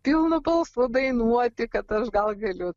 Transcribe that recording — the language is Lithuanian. pilnu balsu dainuoti kad aš gal galiu